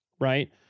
Right